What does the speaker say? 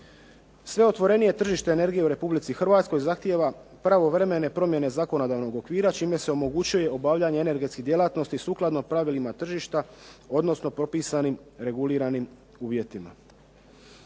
Sve otvorenije tržište energije u Republici Hrvatskoj zahtijeva pravovremene promjene zakonodavnog okvira čime se omogućuje obavljanje energetskih djelatnosti sukladno pravilima tržišta odnosno propisanim reguliranim uvjetima.